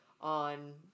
on